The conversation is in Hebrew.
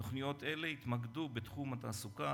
תוכניות אלה יתמקדו בתחום התעסוקה,